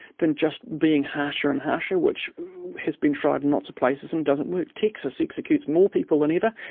than just being harsher and harsher, which has been tried in lots of places and doesn't work. texas executes more people than ever,